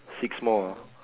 six more